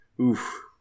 Oof